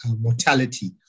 mortality